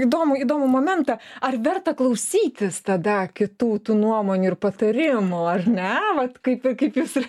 įdomų įdomų momentą ar verta klausytis tada kitų tų nuomonių ir patarimų ar ne vat kaip ir kaip jūs ir